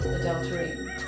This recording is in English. adultery